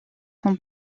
son